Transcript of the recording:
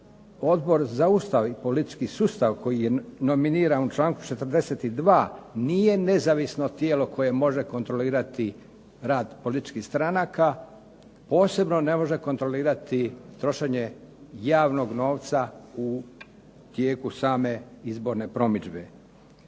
Odbor za Ustav i politički sustav koji je nominiran u članku 42. nije nezavisno tijelo koje može kontrolirati rad političkih stranaka, posebno ne može kontrolirati trošenje javnog novca u tijeku same izborne promidžbe.